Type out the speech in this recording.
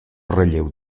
relleu